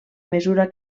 mesura